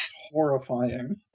horrifying